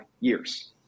years